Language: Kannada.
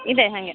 ಇದೆ ಹಾಗೆ